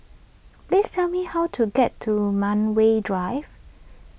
please tell me how to get to Medway Drive